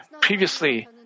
previously